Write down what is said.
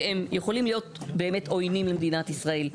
שהם יכולים להיות באמת עוינים למדינת ישראל.